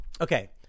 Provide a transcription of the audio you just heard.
okay